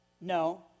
No